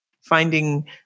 finding